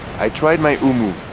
i tried my humu,